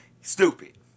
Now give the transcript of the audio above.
Stupid